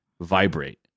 vibrate